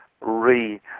re-